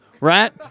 right